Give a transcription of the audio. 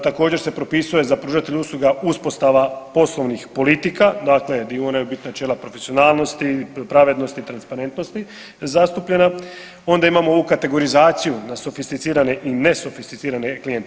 Također se propisuje za pružatelje usluga uspostava poslovnih politika, dakle gdje moraju biti načela profesionalnosti, pravednosti, transparentnosti zastupljena, ona imamo ovu kategorizaciju na sofisticirane i ne sofisticirane klijente.